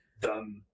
done